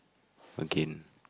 again